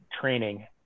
training